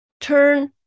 Turn